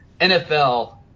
NFL